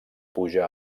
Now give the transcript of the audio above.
puja